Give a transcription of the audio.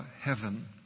heaven